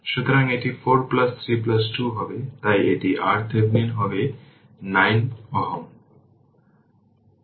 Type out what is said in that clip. সুতরাং এটি 4 3 2 হবে তাই এটি RThevenin হবে 9Ω